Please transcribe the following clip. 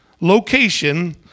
location